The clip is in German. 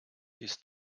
ist